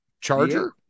charger